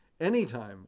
anytime